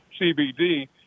CBD